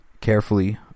Carefully